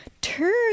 turn